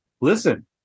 listen